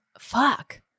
fuck